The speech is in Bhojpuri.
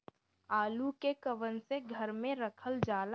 आलू के कवन से घर मे रखल जाला?